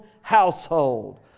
household